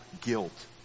guilt